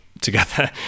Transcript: together